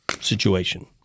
situation